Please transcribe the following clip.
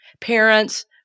Parents